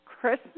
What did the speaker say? Christmas